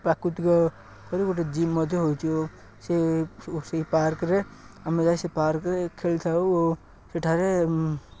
ପ୍ରାକୃତିକ କରି ଗୋଟେ ଜିମ୍ ମଧ୍ୟ ହେଉଛି ଓ ସେ ସେଇ ପାର୍କରେ ଆମେ ଯାଇ ସେ ପାର୍କରେ ଖେଳିଥାଉ ଓ ସେଠାରେ